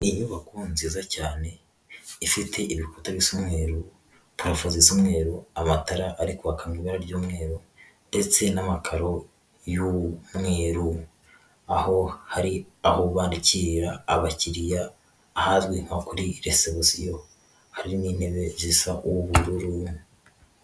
Iyi nyubako nziza cyane ifite ibikuta bisa umweru, parafo zisa umweru, amatara ari kwaka mu ibara ry'umweru ndetse n'amakaro y'umweru, aho hari aho bakirira abakiriya ahazwi nko kuri resebusiyo, hari n'intebe zisa ubururu.